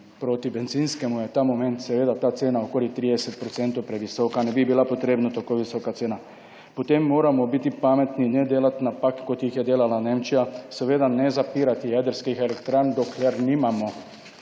proti bencinskemu, je ta moment seveda ta cena okoli 30 % previsoka. Ne bi bila potrebna tako visoka cena. Potem moramo biti pametni, ne delati napak, kot jih je delala Nemčija, seveda ne zapirati jedrskih elektrarn, dokler nimamo